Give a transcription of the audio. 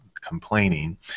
complaining